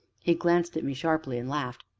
he glanced at me sharply, and laughed.